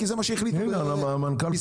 זה משרד התחבורה, לא המנכ"ל.